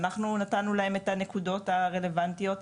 אנחנו נתנו להם את הנקודות הרלוונטיות ובאמת,